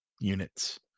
units